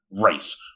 race